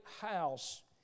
house